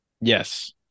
yes